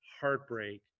heartbreak